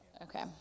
Okay